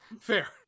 Fair